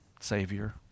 Savior